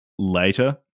Later